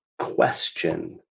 question